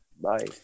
bye